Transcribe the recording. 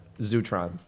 Zutron